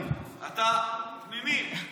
אתה פנינים,